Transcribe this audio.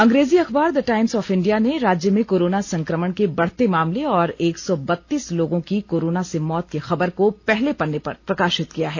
अंग्रेजी अखबार the Times of India ने राज्य में कोरोना संक्रमण के बढ़ते मामले और एक सौ बत्तीस लोगों की कोरोना से मौत की खबर को पहले पन्ने पर प्रकाशित किया है